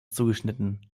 zugeschnitten